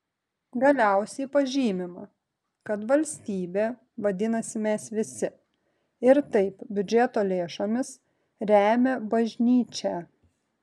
galiausiai pažymima kad valstybė vadinasi mes visi ir taip biudžeto lėšomis remia bažnyčią